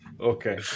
okay